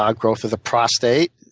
growth of the prostate,